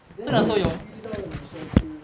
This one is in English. then 你遇到的女生是